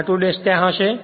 r2 ' ત્યાં હશે